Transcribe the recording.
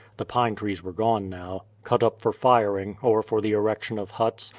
the pine trees were gone now. cut up for firing, or for the erection of huts,